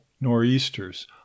nor'easters